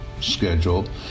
scheduled